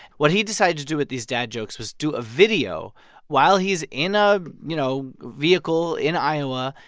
what he decided to do with these dad jokes was do a video while he's in a, you know, vehicle in iowa.